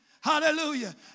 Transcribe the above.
Hallelujah